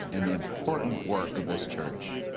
and the important work of this church.